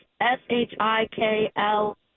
s-h-i-k-l